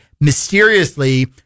mysteriously